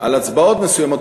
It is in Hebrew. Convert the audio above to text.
על הצבעות מסוימות,